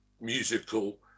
musical